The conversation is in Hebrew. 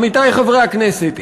עמיתי חברי הכנסת,